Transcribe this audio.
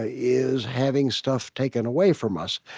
ah is having stuff taken away from us.